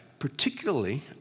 Particularly